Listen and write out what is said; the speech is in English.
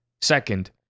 Second